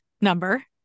number